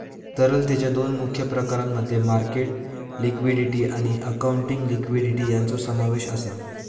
तरलतेच्या दोन मुख्य प्रकारांमध्ये मार्केट लिक्विडिटी आणि अकाउंटिंग लिक्विडिटी यांचो समावेश आसा